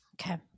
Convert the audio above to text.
Okay